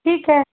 ठीक है